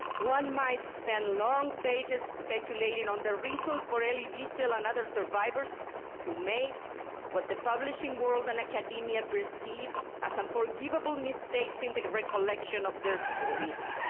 one might spend long pages speculated on the reasons for ely be still on other survivors to make what the publishing world and academia perceive as unforgivable mistakes in the recollection of their stories.